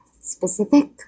specific